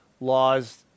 laws